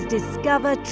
Discover